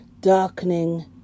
darkening